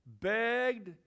begged